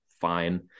fine